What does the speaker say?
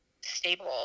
stable